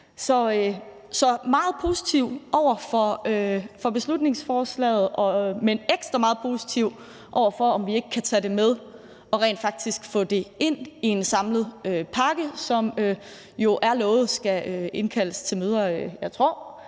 er meget positiv over for beslutningsforslaget, men ekstra meget positiv over for, om vi ikke kan tage det her med og rent faktisk få det ind i en samlet pakke, som det jo er lovet der skal indkaldes til møder om, jeg tror